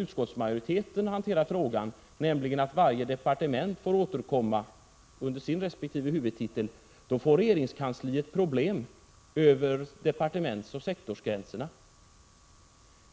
utskottsmajoritetens förslag tvingas vi acceptera att varje departement skall återkomma under sin resp. huvudtitel. Och då får regeringskansliet problem över departementsoch sektorsgränserna.